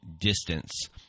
distance